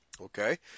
okay